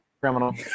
Criminal